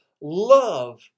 love